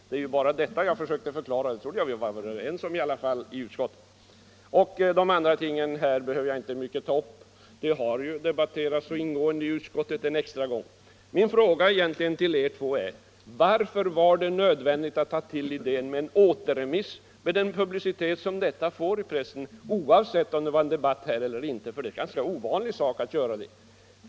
Detta har jag försökt förklara, och det trodde jag att vi var överens om i utskottet. Övriga ting behöver jag inte ta upp. De har ju debatterats så ingående i utskottet en extra gång. Min fråga till er två är: Varför var det nödvändigt att ta till idéen med en återremiss med den publicitet som detta får i pressen, oavsett om det var en debatt här eller inte. Det är en ganska ovanlig sak att göra så.